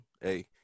hey